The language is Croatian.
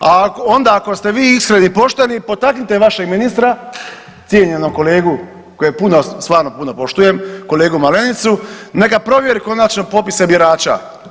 A onda ako ste vi iskreni i pošteni potaknite vašeg ministra, cijenjenog kolegu koji je puno s vama, puno poštujem, kolegu Malenicu, neka provjeri konačno popise birača.